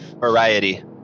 Variety